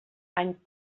any